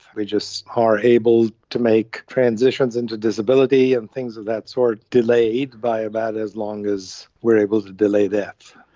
we just are able to make transitions into disability and things of that sort delayed by about as long as we are able to delay death.